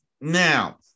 Now